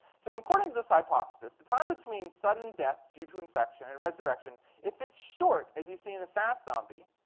so according to this hypothesis, the time between sudden death due to infection and resurrection, if it's short, as you see in the fast zombie,